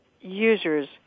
users